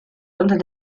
unter